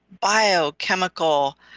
biochemical